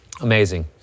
amazing